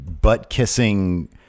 butt-kissing